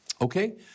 Okay